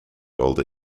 older